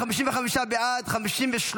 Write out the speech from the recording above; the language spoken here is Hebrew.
55 בעד, 53